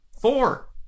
Four